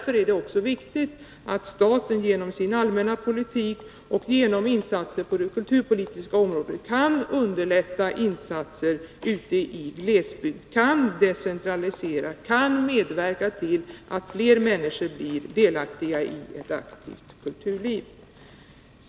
Därför är det också viktigt att statsmakterna genom sin allmänna politik och genom att satsa på det kulturpolitiska området kan underlätta insatser ute i glesbygd, kan decentralisera, kan medverka till att fler människor blir delaktiga i ett aktivt kulturliv.